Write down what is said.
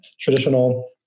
traditional